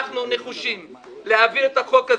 אנחנו נחושים להעביר את החוק הזה,